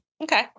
Okay